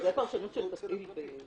זה פרשנות של "תפעיל"...